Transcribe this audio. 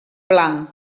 blanc